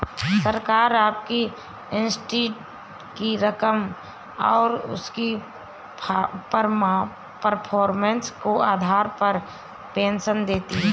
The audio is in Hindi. सरकार आपकी एन्युटी की रकम और उसकी परफॉर्मेंस के आधार पर पेंशन देती है